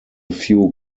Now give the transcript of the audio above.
few